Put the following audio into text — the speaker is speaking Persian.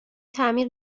تعمیر